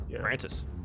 Francis